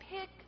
pick